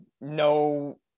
no